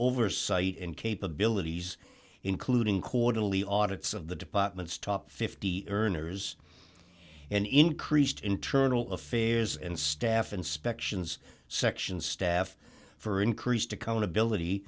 oversight and capabilities including quarterly audits of the department's top fifty earners and increased internal affairs and staff inspections sections staff for increased accountability